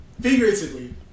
Figuratively